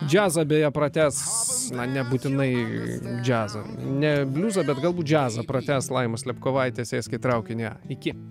džiazą beje pratęs na nebūtinai džiazą ne bliuzą bet galbūt džiazo pratęs laima slėpkovaitė sėsk į traukinį iki